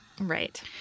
Right